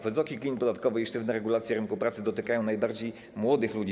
Wysoki klin podatkowy i sztywna regulacja rynku pracy dotykają najbardziej młodych ludzi.